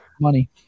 money